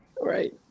Right